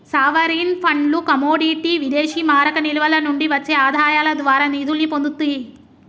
sovereign ఫండ్లు commodity విదేశీమారక నిల్వల నుండి వచ్చే ఆదాయాల ద్వారా నిధుల్ని పొందుతియ్యి